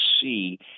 see